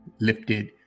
lifted